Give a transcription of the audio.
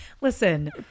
listen